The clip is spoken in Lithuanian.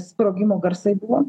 sprogimo garsai buvo